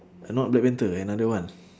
not black panther another one